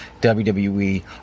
WWE